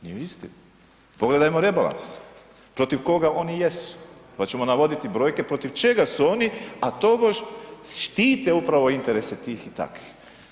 Nije istina, pogledajmo rebalans protiv koga oni jesu pa ćemo navoditi brojke protiv čega su oni, a tobože štite upravo interese tih i takvih.